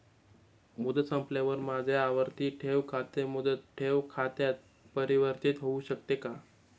मुदत संपल्यावर माझे आवर्ती ठेव खाते मुदत ठेव खात्यात परिवर्तीत होऊ शकते का?